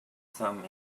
some